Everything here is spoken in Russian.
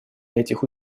этих